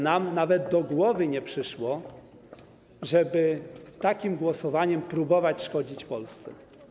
Nam nawet do głowy nie przyszło, żeby takim głosowaniem próbować szkodzić Polsce.